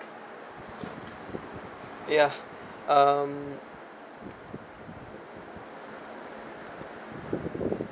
ya um